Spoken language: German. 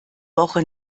woche